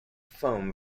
foam